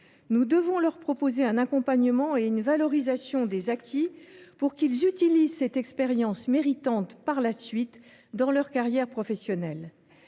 Nous devons leur proposer un accompagnement et une valorisation des acquis pour qu’ils puissent utiliser cette expérience méritante, par la suite, dans leur carrière professionnelle.